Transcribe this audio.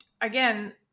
again